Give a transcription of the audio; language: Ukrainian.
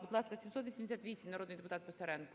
Будь ласка, 788, народний депутат Писаренко.